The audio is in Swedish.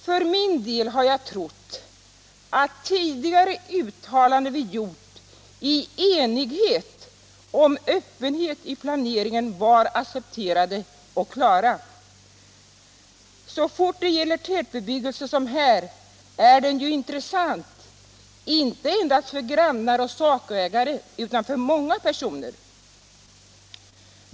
För min del har jag trott att tidigare enhälliga uttalanden som gjorts om öppenhet i planeringen var accepterade och klara. Så fort det gäller tätbebyggelse som här är det ju fråga om ett intresse inte endast för grannar och sakägare utan för många personer.